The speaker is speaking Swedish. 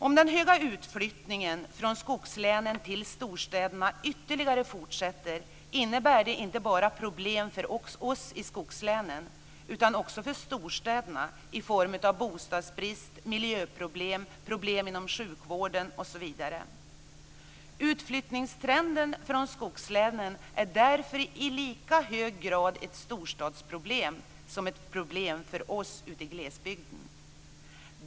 Om den höga utflyttningen från skogslänen till storstäderna ytterligare fortsätter, innebär det problem inte bara för oss i skogslänen utan också för storstäderna i form av bostadsbrist, miljöproblem, svårigheter inom sjukvården osv. Utflyttningstrenden i skogslänen är därför i lika hög grad ett storstadsproblem som ett bekymmer för oss ute i glesbygden.